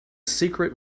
secret